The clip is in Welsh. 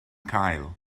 cael